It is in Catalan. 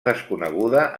desconeguda